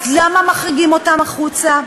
אז למה מחריגים אותם החוצה?